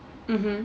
mm